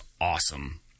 awesome